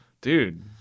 Dude